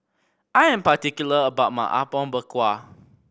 I am particular about my Apom Berkuah